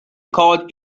called